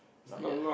not yet ah